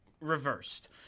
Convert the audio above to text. reversed